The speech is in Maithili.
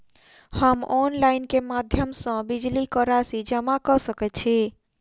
हम ऑनलाइन केँ माध्यम सँ बिजली कऽ राशि जमा कऽ सकैत छी?